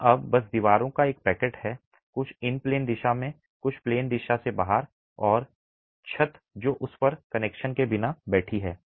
यह अब बस दीवारों का एक पैकेट है कुछ इन प्लेन दिशा में कुछ प्लेन दिशा से बाहर और छत जो उस पर कनेक्शन के बिना बैठी है